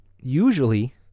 usually